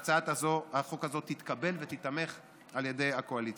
ההצעה הזו היא הצעה טובה למדינת ישראל,